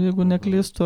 jeigu neklystu